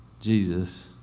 Jesus